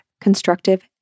Constructive